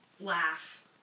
laugh